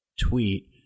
tweet